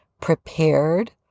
prepared